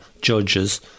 Judges